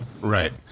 Right